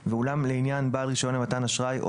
ואולם לעניין בעל רישיון למתן אשראי או